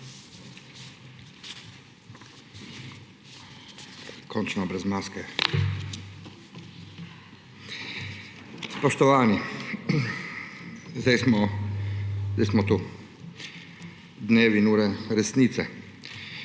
Končno brez maske. Spoštovani! Sedaj smo tu: dnevi in ure resnice.